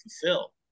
fulfill